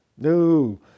No